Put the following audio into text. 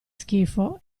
schifo